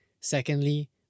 Secondly